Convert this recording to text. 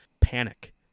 panic